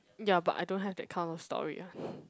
ya but I don't have that kind of story ah